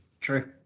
True